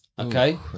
Okay